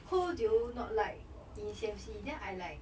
who do you not like in C_M_C then I like